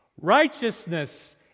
Righteousness